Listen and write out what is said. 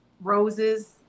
roses